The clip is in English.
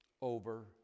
over